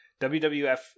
WWF